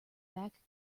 back